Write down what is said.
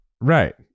Right